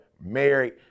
married